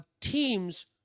Teams